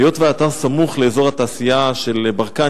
היות שהאתר סמוך לאזור התעשייה של ברקן,